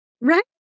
Right